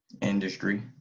industry